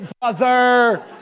brother